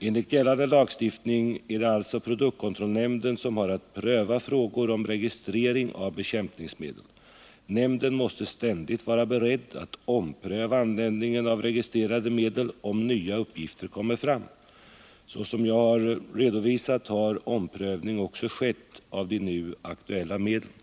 Enligt gällande lagstiftning är det alltså produktkontrollnämnden som har att pröva frågor om registrering av bekämpningsmedel. Nämnden måste ständigt vara beredd att ompröva användningen av registrerade medel om nya uppgifter kommer fram. Såsom jag har redovisat har omprövning också skett av de nu aktuella medlen.